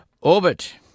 orbit